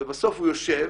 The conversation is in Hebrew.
ובסוף הוא יושב,